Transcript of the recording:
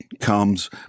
comes